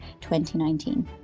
2019